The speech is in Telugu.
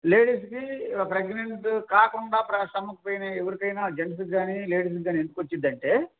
లేడీస్కి ప్రెగ్నెంట్ కాకుండా ప్ర స్టమక్ పెయిన్ ఎవరికైనా జెంట్స్కి కానీ లేడీస్కి కానీ ఎందుకొచ్చిదంటే